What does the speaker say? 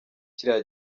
kiriya